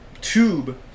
tube